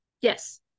Yes